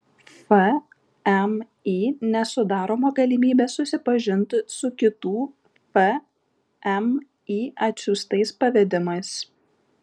fmį nesudaroma galimybė susipažinti su kitų fmį atsiųstais pavedimais